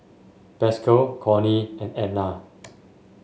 Pascal Cornie and Edna